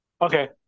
Okay